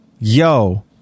Yo